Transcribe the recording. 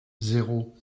zéro